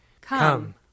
Come